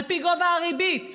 על פי גובה הריבית,